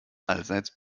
allseits